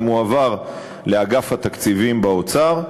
זה מועבר לאגף התקציבים באוצר,